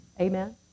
Amen